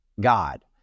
God